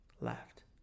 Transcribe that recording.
left